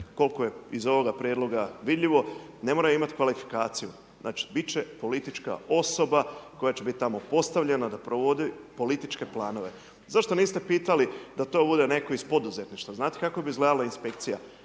koliko je iz ovoga prijedloga vidljivo ne moraju imati kvalifikaciju, znači biti će politička osoba, koja će biti tamo postavljena da provodi političke planove. Zašto niste pitali da to bude netko iz poduzetništva? Znate kako bi izgledala inspekcija?